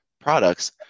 products